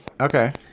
Okay